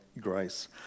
grace